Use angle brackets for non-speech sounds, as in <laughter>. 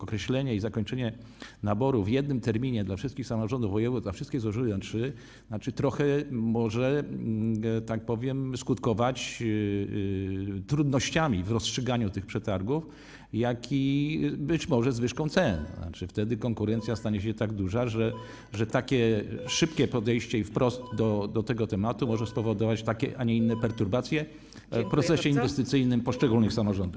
Określenie i zakończenie naboru w jednym terminie dla wszystkich samorządów województw, a wszystkie złożyły trzy, trochę może, że tak powiem, skutkować trudnościami w rozstrzyganiu tych przetargów, jak również być może zwyżką cen, <noise> tzn. wtedy konkurencja stanie się tak duża, że takie szybkie podejście i wprost do tego tematu może spowodować takie, a nie inne perturbacje w procesie inwestycyjnym poszczególnych samorządów.